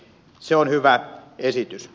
se on hyvä esitys